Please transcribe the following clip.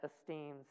esteems